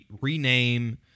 rename